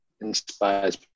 inspires